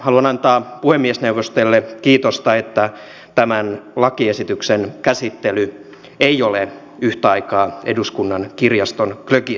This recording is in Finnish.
haluan antaa puhemiesneuvostolle kiitosta että tämän lakiesityksen käsittely ei ole yhtä aikaa eduskunnan kirjaston glögien kanssa